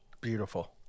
Beautiful